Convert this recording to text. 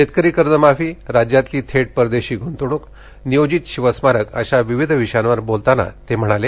शेतकरी कर्ज माफी राज्यातली थेट परदेशी गुंतवणूक नियोजित शिवस्मारक अशा विविध विषयांवर बोलताना ते म्हणाले